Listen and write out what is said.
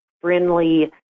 friendly